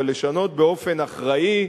אבל לשנות באופן אחראי,